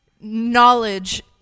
knowledge